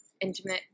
intimate